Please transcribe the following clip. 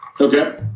okay